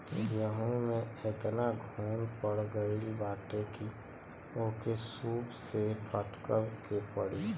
गेंहू में एतना घुन पड़ गईल बाटे की ओके सूप से फटके के पड़ी